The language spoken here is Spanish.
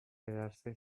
quedarse